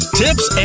tips